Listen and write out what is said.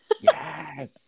Yes